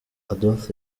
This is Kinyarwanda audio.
adolf